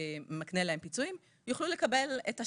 שמקנה להם פיצויים, יוכלו לקבל את השניים.